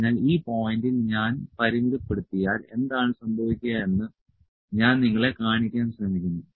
അതിനാൽ ഈ പോയിന്റിൽ ഞാൻ പരിമിതപ്പെടുത്തിയാൽ എന്താണ് സംഭവിക്കുക എന്ന് ഞാൻ നിങ്ങളെ കാണിക്കാൻ ശ്രമിക്കുന്നു